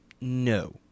no